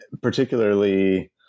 particularly